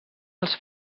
els